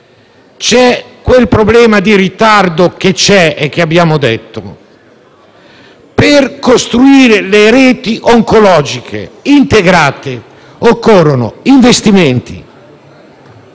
c'è quel problema di ritardo e di cui abbiamo parlato, per costruire le reti oncologiche integrate occorrono investimenti,